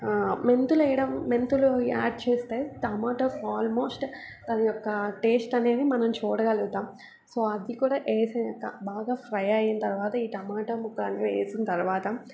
మెంతులు వేయడం మెంతులు యాడ్ చేస్తే టమాటోస్ ఆల్మోస్ట్ దాని యొక్క టేస్ట్ అనేది మనం చూడగలుగుతాం సో అది కూడా వేసాక బాగా ఫ్రై తర్వాత ఈ టమాటా ముక్కలను అందులో వేసిన తర్వాత